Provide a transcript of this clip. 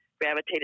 gravitated